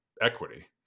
equity